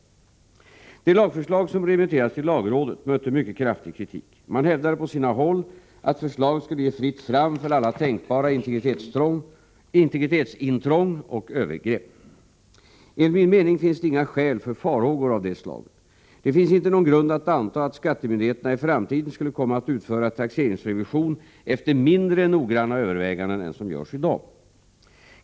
Det lagförslag som remitterades till lagrådet mötte mycket kraftig kritik. Man hävdade på sina håll att förslaget skulle ge fritt fram för alla tänkbara integritetsintrång och övergrepp. Enligt min mening finns det inga skäl för farhågor av det slaget. Det finns inte någon grund att anta att skattemyndigheterna i framtiden skulle komma att utföra taxeringsrevision efter mindre noggranna överväganden än som görs i dag.